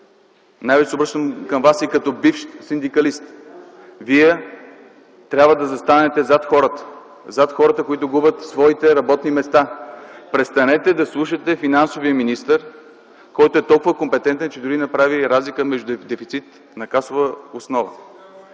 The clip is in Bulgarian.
криза. Обръщам се към Вас и като бивш синдикалист: Вие трябва да застанете зад хората, зад хората, които губят своите работни места. Престанете да слушате финансовия министър, който е толкова компетентен, че дори не прави разлика между дефицит на касова основа.